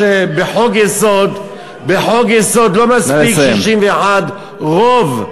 בחוק-יסוד לא מספיק 61 רוב,